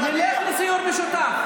נלך לסיור משותף.